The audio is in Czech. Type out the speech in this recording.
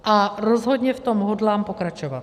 A rozhodně v tom hodlám pokračovat.